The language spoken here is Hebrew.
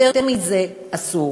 יותר מזה אסור.